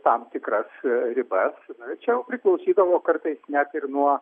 tam tikras ribas čia jau priklausydavo kartais net ir nuo